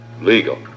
legal